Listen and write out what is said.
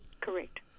correct